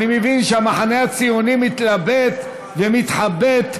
אני מבין שהמחנה הציוני מתלבט ומתחבט,